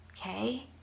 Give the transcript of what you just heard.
Okay